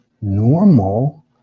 normal